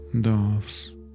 doves